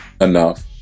enough